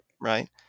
right